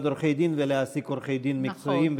עורכי-דין ולהעסיק עורכי-דין מקצועיים,